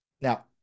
now